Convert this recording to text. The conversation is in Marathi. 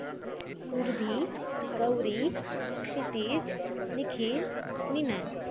सुरभी गौरी क्षितीज निखिल निनाद